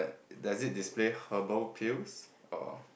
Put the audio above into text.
does it display herbal peels or